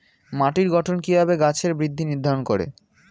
মাটির গঠন কিভাবে গাছের বৃদ্ধি নির্ধারণ করে?